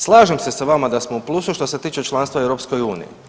Slažem se sa vama da smo u plusu što se tiče članstva u EU.